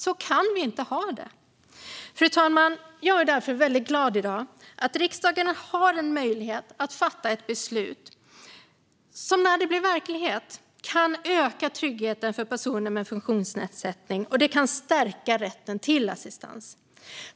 Så kan vi inte ha det! Fru talman! Jag är därför väldigt glad att riksdagen i dag har möjlighet att fatta ett beslut som, när det blir verklighet, kan öka tryggheten för personer med funktionsnedsättning och stärka rätten till assistans.